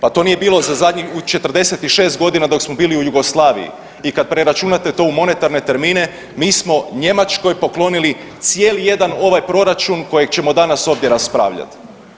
Pa to nije bilo u 46 godina dok smo bili u Jugoslaviji i kad preračunate to u monetarne termine mi smo Njemačkoj poklonili cijeli jedan ovaj proračun kojeg ćemo danas ovdje raspravljati.